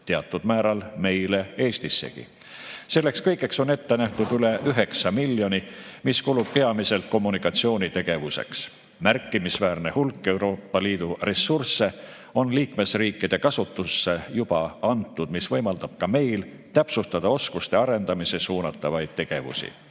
teatud määral meile Eestissegi. Selleks kõigeks on ette nähtud üle 9 miljoni, mis kulub peamiselt kommunikatsioonitegevuseks. Märkimisväärne hulk Euroopa Liidu ressursse on liikmesriikide kasutusse juba antud, mis võimaldab ka meil täpsustada oskuste arendamisse suunatavaid tegevusi.